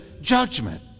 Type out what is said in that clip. judgment